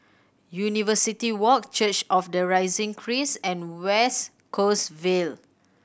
University Walk Church of the Risen Christ and West Coast Vale